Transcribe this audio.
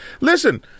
Listen